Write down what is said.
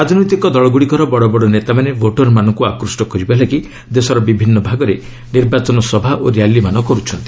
ରାଜନୈତିକ ଦଳଗ୍ରଡ଼ିକର ବଡ଼ ବଡ଼ ନେତାମାନେ ଭୋଟର୍ମାନଙ୍କୁ ଆକୃଷ୍ଟ କରିବା ଲାଗି ଦେଶର ବିଭିନ୍ନ ଭାଗରେ ନିର୍ବାଚନ ସଭା ଓ ର୍ୟାଲୀମାନ କରୁଛନ୍ତି